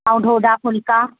ऐं डोडा फुल्का